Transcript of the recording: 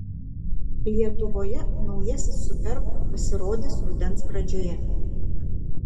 lietuvoje naujasis superb pasirodys rudens pradžioje